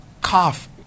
cough